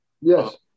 Yes